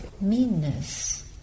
meanness